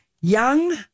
young